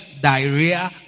Diarrhea